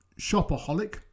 shopaholic